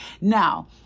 now